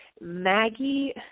Maggie